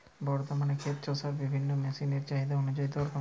বর্তমানে ক্ষেত চষার বিভিন্ন মেশিন এর চাহিদা অনুযায়ী দর কেমন?